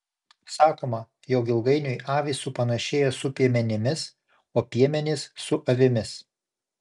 sakoma jog ilgainiui avys supanašėja su piemenimis o piemenys su avimis